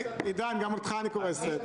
עידן, אני קורא גם אותך לסדר.